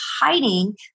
hiding